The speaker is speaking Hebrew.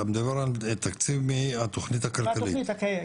מדבר על התקציב מהתכנית הכלכלית?